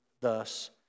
thus